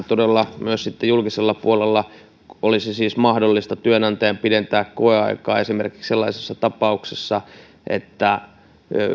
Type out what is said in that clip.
todella myös sitten julkisella puolella työnantajan olisi siis mahdollista pidentää koeaikaa esimerkiksi sellaisissa tapauksissa että